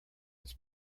its